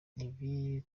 ibi